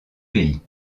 pays